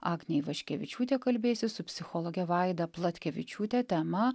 agnė ivaškevičiūtė kalbėsis su psichologe vaida platkevičiūte tema